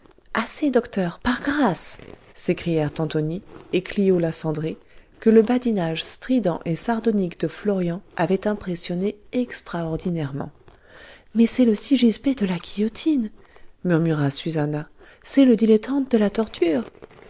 assez docteur par grâce s'écrièrent antonie et clio la cendrée que le badinage strident et sardonique de florian avait impressionnées extraordinairement mais c'est le sigisbée de la guillotine murmura susannah c'est le dilettante de la torture